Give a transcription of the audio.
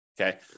Okay